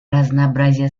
разнообразие